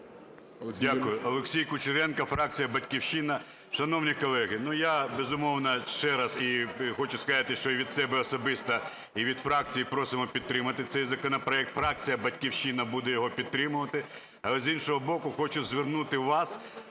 Дякую. Олексій Кучеренко, фракція "Батьківщина". Шановні колеги, я, безумовно, ще раз хочу сказати, що і від себе особисто, і від фракції просимо підтримати цей законопроект. Фракція "Батьківщина" буде його підтримувати. Але, з іншого боку, хочу звернути вас